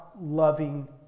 loving